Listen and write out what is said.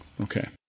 okay